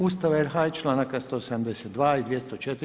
Ustava RH i članaka 172. i 204.